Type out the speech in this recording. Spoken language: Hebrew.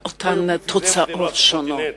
לאותן תוצאות שונות.